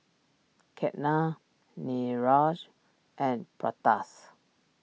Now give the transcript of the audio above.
Ketna Niraj and